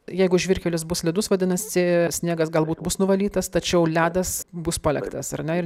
jeigu žvyrkelis bus slidus vadinasi sniegas galbūt bus nuvalytas tačiau ledas bus paliktas ar ne ir